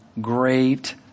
great